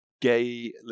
gay